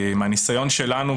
מהניסיון שלנו,